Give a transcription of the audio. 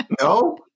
No